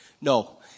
No